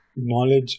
Knowledge